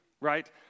right